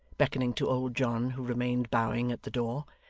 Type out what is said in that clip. beckoning to old john, who remained bowing at the door.